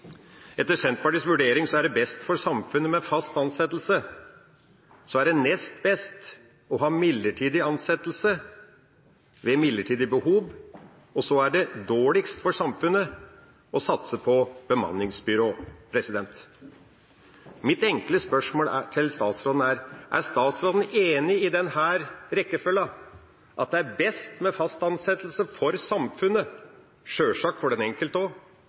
Etter Senterpartiets vurdering er det best for samfunnet med fast ansettelse, så er det nest best å ha midlertidig ansettelse ved midlertidig behov, og så er det dårligst for samfunnet å satse på bemanningsbyrå. Mitt enkle spørsmål til statsråden er: Er statsråden enig i denne rekkefølgen: at det er best med fast ansettelse for samfunnet – sjølsagt for den enkelte